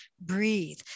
breathe